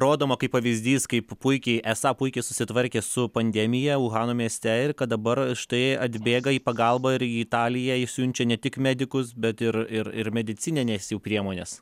rodoma kaip pavyzdys kaip puikiai esą puikiai susitvarkė su pandemija uhano mieste ir kad dabar štai atbėga į pagalbą ir į italiją išsiunčia ne tik medikus bet ir ir ir medicinines jau priemones